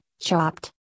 chopped